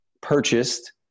purchased